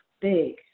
big